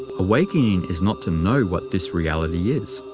awakening is not to know what this reality is.